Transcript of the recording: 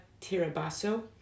Tirabasso